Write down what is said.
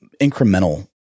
incremental